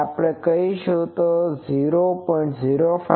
તો આપણે કહીશું કે સામાન્ય રીતે 0